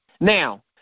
Now